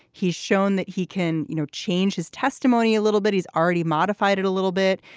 he's shown that he can you know change his testimony a little bit he's already modified it a little bit.